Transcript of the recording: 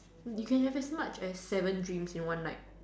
you can have as much as seven dreams in one night